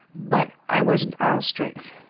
but i wasn't all strength.